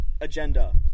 agenda